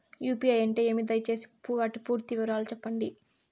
UPI అంటే ఏమి? దయసేసి వాటి పూర్తి వివరాలు సెప్పండి?